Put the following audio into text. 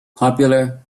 popular